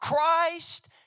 Christ